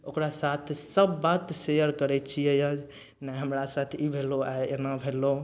ओकरा साथ सब बात शेयर करय छियै यऽ ने हमरा साथ ई भेलौ आइ एना भेलौ